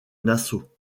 nassau